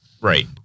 Right